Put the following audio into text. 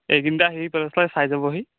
এইকেইদিনতে আহি চাই যাবহি